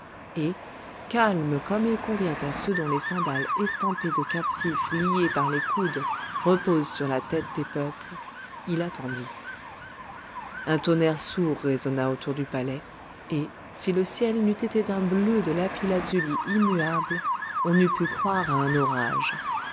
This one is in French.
et calme comme il convient à ceux dont les sandales estampées de captifs liés par les coudes reposent sur la tête des peuples il attendit un tonnerre sourd résonna autour du palais et si le ciel n'eût été d'un bleu de lapis-lazuli immuable on eût pu croire à un orage